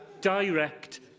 direct